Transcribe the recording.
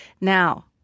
Now